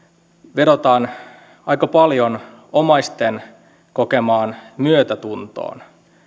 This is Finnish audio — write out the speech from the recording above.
vedotaan aika paljon omaisten kokemaan myötätuntoon